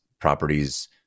properties